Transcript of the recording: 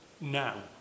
now